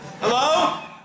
Hello